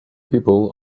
people